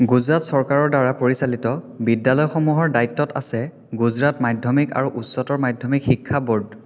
গুজৰাট চৰকাৰৰ দ্বাৰা পৰিচালিত বিদ্যালয়সমূহৰ দায়িত্বত আছে গুজৰাট মাধ্যমিক আৰু উচ্চতৰ মাধ্যমিক শিক্ষা ব'ৰ্ড